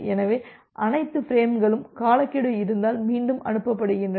எனவே அனைத்து பிரேம்களும் காலக்கெடு இருந்தால் மீண்டும் அனுப்பப்படுகின்றன